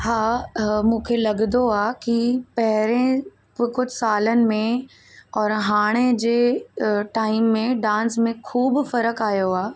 हा ह मूंखे लॻंदो आहे की पहिरियों कुझु सालनि में और हाणे जे टाइम में डांस में ख़ूबु फर्क़ु आहियो आहे